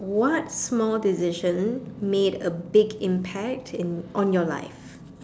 what small decision made a big impact in on your life